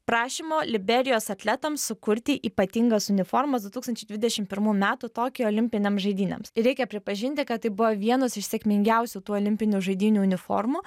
prašymo liberijos atletams sukurti ypatingas uniformas du tūkstančiai dvidešim pirmų metų tokijo olimpinėms žaidynėms ir reikia pripažinti kad tai buvo vienos iš sėkmingiausių tų olimpinių žaidynių uniformų